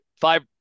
five